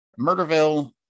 murderville